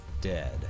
dead